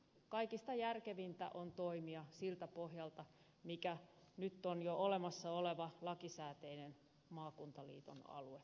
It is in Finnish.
kaikista järkevintä on toimia siltä pohjalta mikä nyt on jo olemassa oleva lakisääteinen maakuntaliiton alue